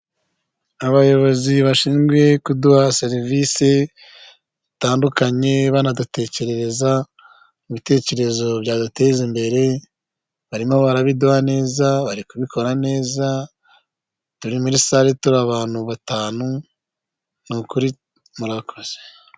Abayobozi bashinzwe kuduha serivisi, zitandukanye banadutekerereza ibitekerezo byaduteza imbere, barimo barabiduha neza bari kubikora neza, turi muri sare turi abantu batanu, nukuri murakoze.